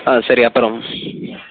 ஆ சரி அப்புறம்